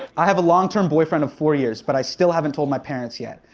i have a long term boyfriend of four years, but i still haven't told my parents yet.